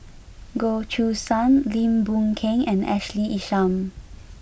Goh Choo San Lim Boon Keng and Ashley Isham